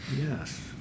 Yes